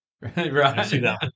Right